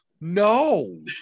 no